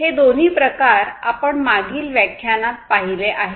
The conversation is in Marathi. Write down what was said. हे दोन्ही प्रकार आपण मागील व्याख्यानात पाहिले आहेत